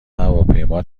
هواپیما